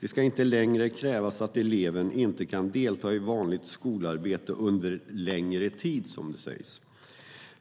Det ska inte längre krävas att eleven inte kan delta i vanligt skolarbete under längre tid.